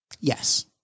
Yes